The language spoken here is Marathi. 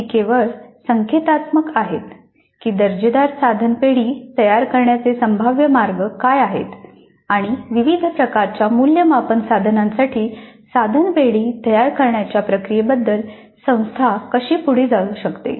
हे केवळ संकेतात्मक आहे की दर्जेदार साधन पेढी तयार करण्याचे संभाव्य मार्ग काय आहेत आणि विविध प्रकारच्या मूल्यमापन साधनांसाठी साधन पेढी तयार करण्याच्या प्रक्रियेबद्दल संस्था कशी पुढे जाऊ शकते